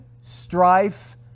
strife